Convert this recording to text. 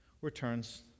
returns